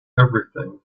everything